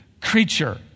creature